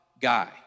guy